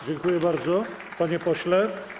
Dziękuję bardzo, panie pośle.